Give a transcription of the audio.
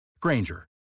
Granger